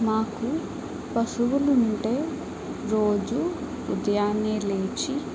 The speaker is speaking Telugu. మాకు పశువులు ఉంటే రోజు ఉదయాన్నే లేచి